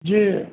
जी